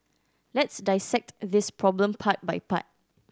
let's dissect this problem part by part